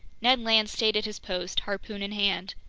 ned land stayed at his post, harpoon in hand.